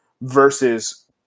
versus